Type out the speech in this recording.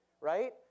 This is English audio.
right